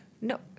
No